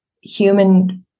human